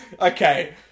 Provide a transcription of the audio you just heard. okay